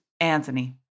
Anthony